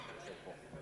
גם אותו אני